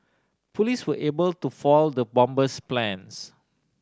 police were able to foil the bomber's plans